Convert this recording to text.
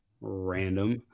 random